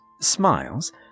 smiles